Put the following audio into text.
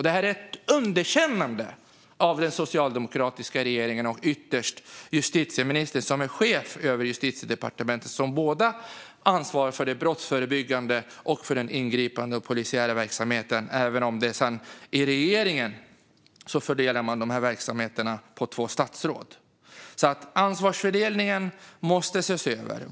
Det här är ett underkännande av den socialdemokratiska regeringen och ytterst justitieministern, som är chef för Justitiedepartementet som har ansvar för såväl den brottsförebyggande som den ingripande och polisiära verksamheten, även om man inom regeringen fördelar verksamheterna på två statsråd. Ansvarsfördelningen måste ses över.